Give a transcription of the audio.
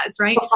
right